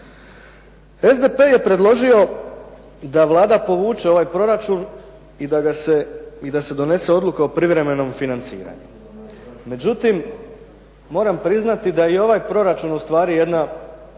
SDP je predložio da Vlada povuče ovaj proračun i da se odnese odluka o privremenom financiranju. Međutim, moram priznati da je i ovaj proračun ustvari jedna